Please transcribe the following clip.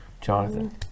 Jonathan